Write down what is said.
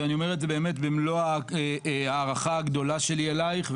ואני אומר את זה באמת במלוא ההערכה הגדולה שלי אלייך,